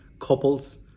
couples